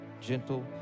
gentle